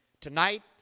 Tonight